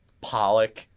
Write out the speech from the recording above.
Pollock